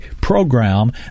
program